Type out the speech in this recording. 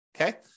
Okay